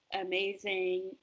amazing